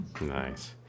Nice